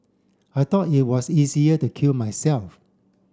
I thought it was easier to kill myself